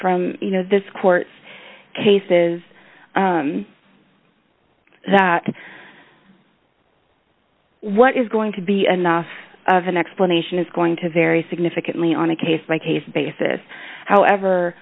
from you know this court cases that what is going to be enough of an explanation is going to vary significantly on a case by case basis however